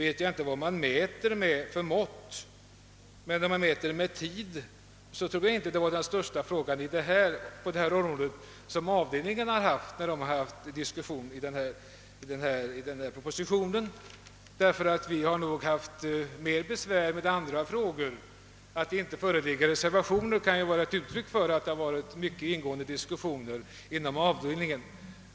Jag vet inte vad man mäter med för mått, men om man mäter i tid tror jag inte att det var den största fråga som avdelningen har diskuterat med anledning av denna proposition, Vi har nog haft mer besvär med andra frågor. Att det inte föreligger reservationer kan vara ett uttryck för att det varit mycket ingående diskussioner inom avdelningen.